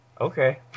Okay